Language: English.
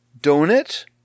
Donut